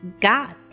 got